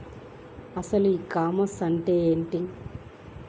అసలు ecommerce అంటే ఏమిటి?